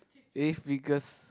eh figures